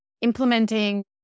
implementing